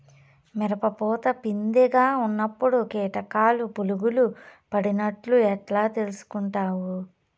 మిరప పూత పిందె గా ఉన్నప్పుడు కీటకాలు పులుగులు పడినట్లు ఎట్లా తెలుసుకుంటావు?